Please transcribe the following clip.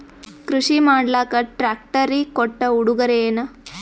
ಕೃಷಿ ಮಾಡಲಾಕ ಟ್ರಾಕ್ಟರಿ ಕೊಟ್ಟ ಉಡುಗೊರೆಯೇನ?